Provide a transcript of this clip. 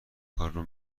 کارو